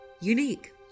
Unique